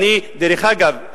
דרך אגב,